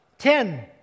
Ten